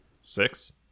Six